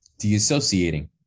deassociating